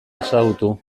ezagutu